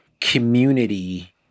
community